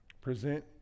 present